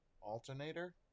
alternator